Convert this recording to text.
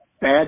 bad